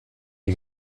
die